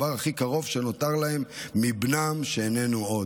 הכי קרוב שנותר להם מבנם שאיננו עוד,